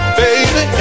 baby